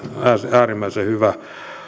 äärimmäisen hyvä